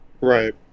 Right